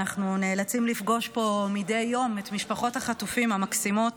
אנחנו נאלצים לפגוש פה מדי יום את משפחות החטופים המקסימות,